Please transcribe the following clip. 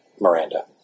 Miranda